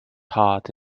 hard